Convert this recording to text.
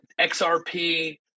XRP